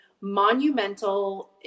monumental